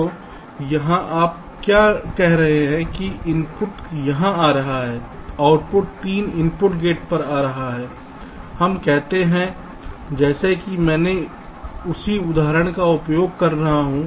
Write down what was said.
तो यहाँ आप क्या कह रहे हैं कि इनपुट यहाँ आ रहा है आउटपुट 3 इनपुट गेट पर आ रहा है हम कहते हैं जैसे मैं उसी उदाहरण का उपयोग कर रहा हूँ